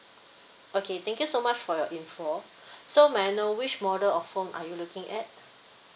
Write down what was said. okay thank you so much for your info so may I know which model of phone are you looking at